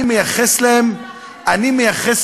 אני מייחס להם פחדנות.